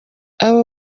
aba